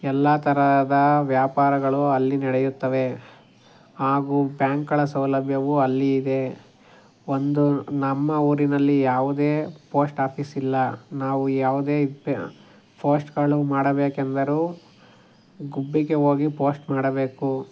ಎಲ್ಲ ತರಹದ ವ್ಯಾಪಾರಗಳು ಅಲ್ಲಿ ನಡೆಯುತ್ತವೆ ಹಾಗೂ ಬ್ಯಾಂಕ್ಗಳ ಸೌಲಭ್ಯವೂ ಅಲ್ಲಿ ಇದೆ ಒಂದು ನಮ್ಮ ಊರಿನಲ್ಲಿ ಯಾವುದೇ ಪೋಸ್ಟಾಫಿಸಿಲ್ಲ ನಾವು ಯಾವುದೇ ಫೋಸ್ಟ್ಗಳು ಮಾಡಬೇಕೆಂದರೂ ಗುಬ್ಬಿಗೆ ಹೋಗಿ ಪೋಸ್ಟ್ ಮಾಡಬೇಕು